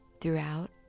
throughout